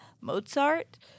Mozart